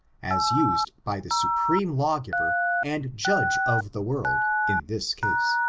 as used by the supreme lawgiver and judge of the world, in this case.